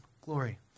glory